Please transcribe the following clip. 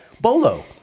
Bolo